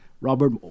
Robert